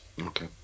Okay